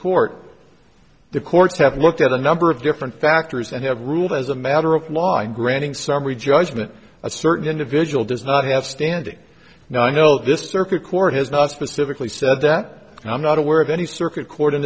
court the courts have looked at a number of different factors and have ruled as a matter of law and granting summary judgment a certain individual does not have standing now i know this circuit court has not specifically said that and i'm not aware of any circuit court in